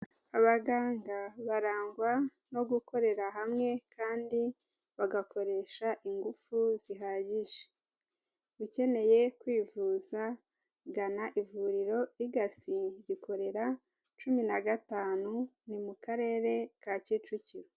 Abaganga barangwa no gukorera hamwe kandi bagakoresha ingufu zihagije, ukeneye kwivuza gana ivuriro Legacy, rikorera cumi na gatanu ni mu karere ka Kicukiro.